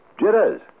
Jitters